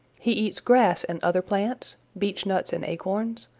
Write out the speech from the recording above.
he eats grass and other plants, beechnuts and acorns,